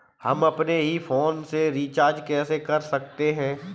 हम अपने ही फोन से रिचार्ज कैसे कर सकते हैं?